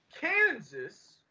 Kansas